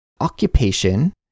occupation